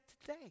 today